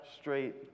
straight